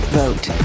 vote